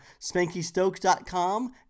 SpankyStokes.com